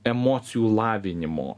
emocijų lavinimu